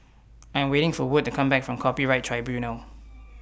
I'm waiting For Wood to Come Back from Copyright Tribunal